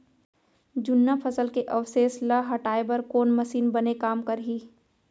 जुन्ना फसल के अवशेष ला हटाए बर कोन मशीन बने काम करही?